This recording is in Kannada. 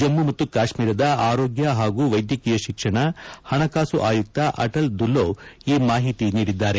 ಜಮ್ಮು ಮತ್ತು ಕಾಶ್ಮೀರದ ಆರೋಗ್ಯ ಹಾಗೂ ವೈದ್ಯಕೀಯ ಶಿಕ್ಷಣ ಹಣಕಾಸು ಆಯುಕ್ತ ಅಟಲ್ ದುಲ್ಲೊ ಈ ಮಾಹಿತಿ ನೀಡಿದ್ದಾರೆ